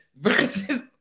versus